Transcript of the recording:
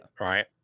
Right